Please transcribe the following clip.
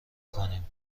کنیم